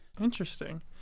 Interesting